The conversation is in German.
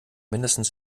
mindestens